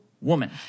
woman